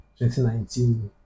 2019